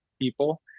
people